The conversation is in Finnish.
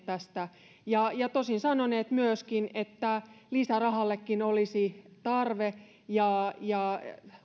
tästä ja ja tosin sanoneet myöskin että lisärahallekin olisi tarve ja ja